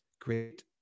great